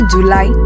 July